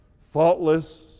faultless